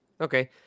Okay